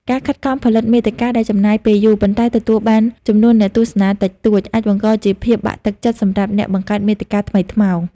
ការខិតខំផលិតមាតិកាដែលចំណាយពេលយូរ ប៉ុន្តែទទួលបានចំនួនអ្នកទស្សនាតិចតួច អាចបង្កជាភាពបាក់ទឹកចិត្តសម្រាប់អ្នកបង្កើតមាតិកាថ្មីថ្មោង។